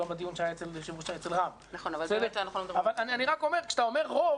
אני רק אומר שכשאתה אומר "רוב"